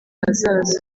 hazaza